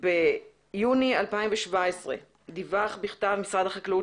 ביוני 2017 דיווח בכתב משרד החקלאות